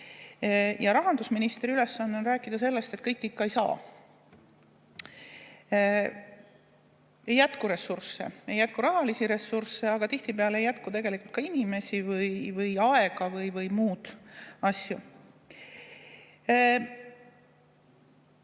Rahandusministri ülesanne on rääkida sellest, et kõike ikka ei saa. Ei jätku ressursse, ei jätku rahalisi ressursse, aga tihtipeale ei jätku ka inimesi või aega või muid asju. Meil